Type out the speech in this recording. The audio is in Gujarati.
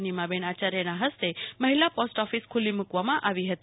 નીમાબેન આચાર્યના હસ્તે મહિલા પોસ્ટ ઓફિસ ખુલ્લી મૂકવામાં આવી હતી